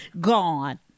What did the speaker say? Gone